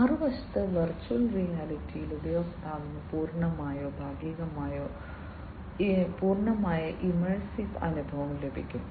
മറുവശത്ത് വെർച്വൽ റിയാലിറ്റിയിൽ ഉപയോക്താവിന് പൂർണ്ണമായോ ഭാഗികമായോ പൂർണ്ണമായ ഇമ്മേഴ്സീവ് അനുഭവം ലഭിക്കും